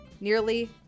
Nearly